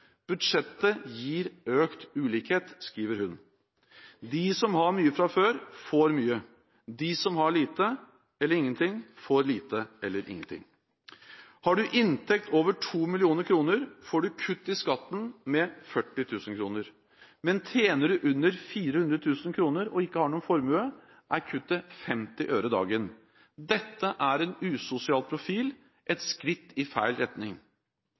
Budsjettet gir økt ulikhet. De som har mye fra før, får mye. De som har lite eller ingen ting, får lite eller ingen ting. Har man inntekt på over 2 mill. kr, får man kutt i skatten med 40 000 kr. Men tjener man under 400 000 kr og ikke har noen formue, er kuttet 50 øre dagen. Dette er en usosial profil – et skritt i feil retning.